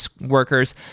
workers